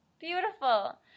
Beautiful